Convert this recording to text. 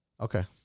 Okay